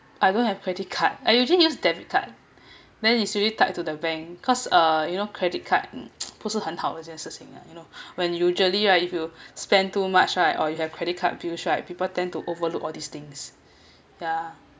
I don't have credit card I usually use debit card then usually tied to the bank because uh you know credit card 不是很好一件事情 lah you know when usually right if you spend too much right or you have credit card bills right people tend to overlook all these things yeah